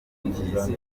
isuku